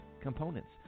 components